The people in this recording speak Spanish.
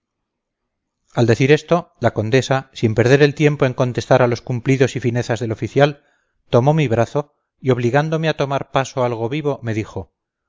al decir esto la condesa sin perder tiempo en contestar a los cumplidos y finezas del oficial tomó mi brazo y obligándome a tomar paso algo vivo me dijo